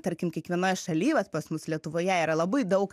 tarkim kiekvienoje šaly vat pas mus lietuvoje yra labai daug